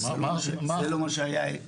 זה לא מה שהיה,